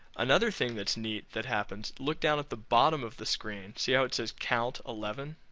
another thing that's neat that happens look down at the bottom of the screen, see how it says count eleven?